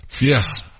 Yes